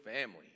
Family